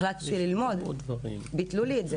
החלטתי ללמוד, וביטלו לי את זה.